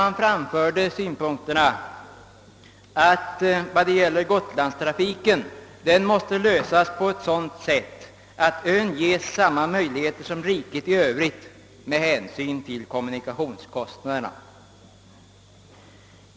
Man framförde därvid synpunkterna, att gotlandstrafikens problem måste lösas på ett sådant sätt, att ön ges samma ställning som riket i övrigt med hänsyn till kommunikationskostnaderna.